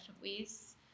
ways